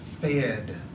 fed